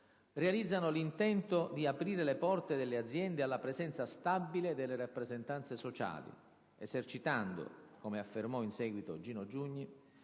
realizzano l'intento di aprire le porte delle aziende alla presenza stabile delle rappresentanze sociali, esercitando (come affermò in seguito Gino Giugni)